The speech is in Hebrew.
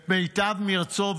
את מיטב מרצו,